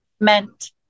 meant